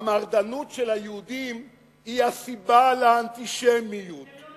המרדנות של היהודים היא הסיבה לאנטישמיות, אתם לא